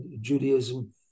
Judaism